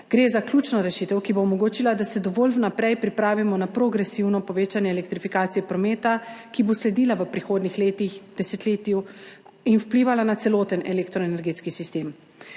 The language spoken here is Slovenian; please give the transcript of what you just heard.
Gre za ključno rešitev, ki bo omogočila, da se pravočasno vnaprej pripravimo na progresivno povečanje elektrifikacije prometa, ki bo sledila v prihodnjih letih, desetletju in vplivala na celoten elektroenergetski sistem.